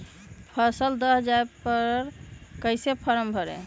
फसल दह जाने पर कैसे फॉर्म भरे?